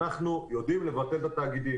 אנחנו יודעים לבטל את התאגידים.